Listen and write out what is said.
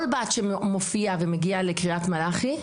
כל בת שמופיעה ומגיעה לקריית מלאכי,